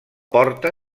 porta